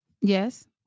Yes